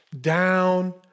Down